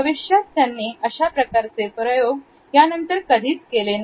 भविष्यात त्यांनी अशा प्रकारचे प्रयोग यानंतर कधीच केले नाही